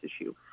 issue